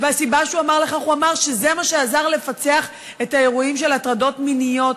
והסיבה שהוא אמר כך: זה מה שעזר לפצח את האירועים של הטרדות מיניות.